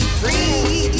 free